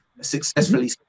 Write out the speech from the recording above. successfully